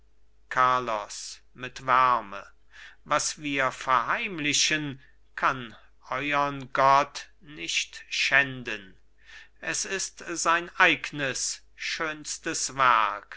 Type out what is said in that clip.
carlos mit wärme was wir verheimlichen kann euern gott nicht schänden es ist sein eignes schönstes werk